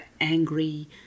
angry